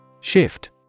Shift